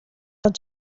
till